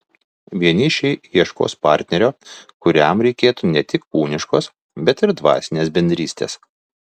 vienišiai ieškos partnerio kuriam reikėtų ne tik kūniškos bet ir dvasinės bendrystės